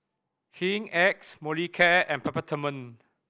Hygin X Molicare and Peptamen